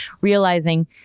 realizing